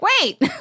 wait